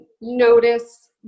notice